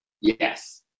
Yes